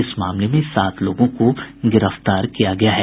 इस मामले में सात लोगों को गिरफ्तार किया गया है